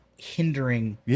hindering